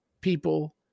people